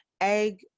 egg